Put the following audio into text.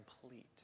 complete